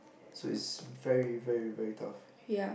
so it's very very very tough